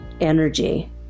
energy